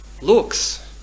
Looks